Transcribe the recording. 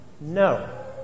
No